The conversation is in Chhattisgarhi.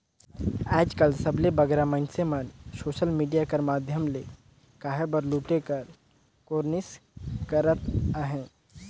आएज सबले बगरा मइनसे मन सोसल मिडिया कर माध्यम ले कहे बर लूटे कर कोरनिस करत अहें